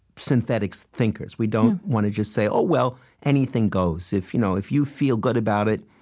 synthetic thinkers. we don't want to just say, oh, well, anything goes. if you know if you feel good about it,